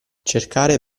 cercare